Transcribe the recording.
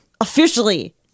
Officially